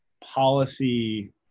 policy